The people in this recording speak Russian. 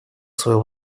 свою